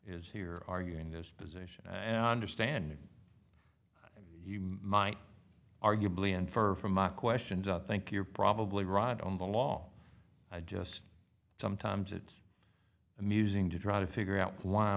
is here arguing this position understandings and you might arguably infer from my questions i think you're probably right on the law i just sometimes it's amusing to try to figure out wh